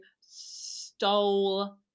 stole